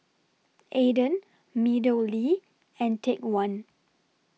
Aden Meadowlea and Take one